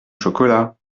chocolat